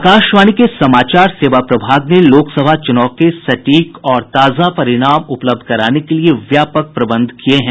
आकाशवाणी के समाचार सेवा प्रभाग ने लोकसभा चूनाव के सटीक और ताजा परिणाम उपलब्ध कराने के लिये व्यापक प्रबंध किये हैं